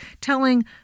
telling